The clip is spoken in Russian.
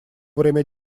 время